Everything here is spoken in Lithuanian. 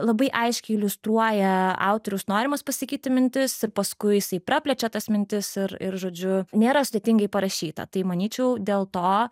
labai aiškiai iliustruoja autoriaus norimas pasakyti mintis ir paskui jisai praplečia tas mintis ir ir žodžiu nėra sudėtingai parašyta tai manyčiau dėl to